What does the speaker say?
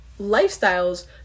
lifestyles